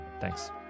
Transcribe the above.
Thanks